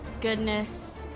goodness